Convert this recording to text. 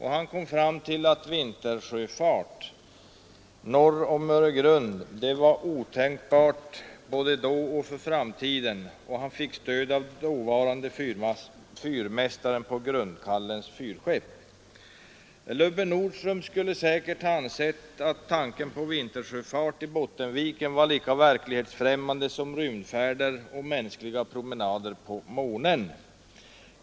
Han kom fram till att vintersjöfart norr om Öregrund var otänkbar både då och för framtiden, och han fick stöd av dåvarande fyrmästaren på Grundkallens fyrskepp. Lubbe Nordström skulle säkert ha ansett tanken på vintersjöfart i Bottenviken lika verklighetsfrämmande som rymdfärder och mänskliga promenader på månen.